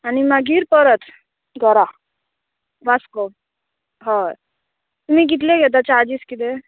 आनी मागीर परत घोरा वास्को हय तुमी कितले घेता चार्जीस कितें